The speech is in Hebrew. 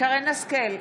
שרן מרים השכל,